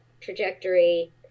trajectory